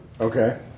Okay